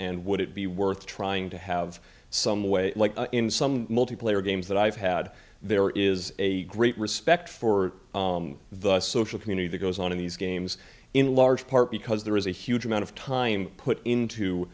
and would it be worth trying to have some way in some multiplayer games that i've had there is a great respect for the social community that goes on in these games in large part because there is a huge amount of time put into